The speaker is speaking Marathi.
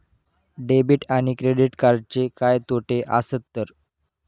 डेबिट आणि क्रेडिट कार्डचे तोटे काय आसत तर?